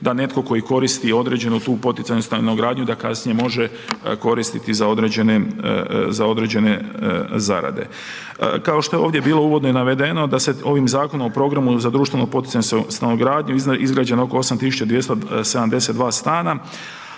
da netko tko i koristi određenu tu poticajnu stanogradnju da kasnije može koristiti za određene zarade. Kao što je ovdje bilo uvodno i navedeno, da se ovim zakonom o programu za društveno poticajnu stanogradnju izgrađeno oko 8272 stana